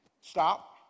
Stop